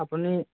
আপুনি